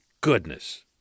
goodness